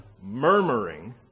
murmuring